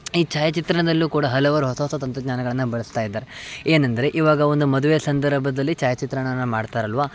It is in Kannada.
ಈ ಛಾಯಾಚಿತ್ರಣದಲ್ಲೂ ಕೂಡ ಹಲವಾರು ಹೊಸ ಹೊಸ ತಂತ್ರಜ್ಞಾನಗಳನ್ನು ಬಳಸ್ತಾ ಇದ್ದಾರೆ ಏನೆಂದರೆ ಇವಾಗ ಒಂದು ಮದುವೆ ಸಂದರ್ಭದಲ್ಲಿ ಛಾಯಾಚಿತ್ರಣವನ್ನ ಮಾಡ್ತಾರಲ್ಲವಾ